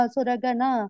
Suragana